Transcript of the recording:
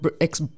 ex